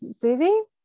Susie